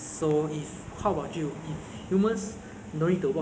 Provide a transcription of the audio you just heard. so what what I would do is to just